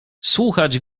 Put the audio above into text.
słuchać